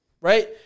Right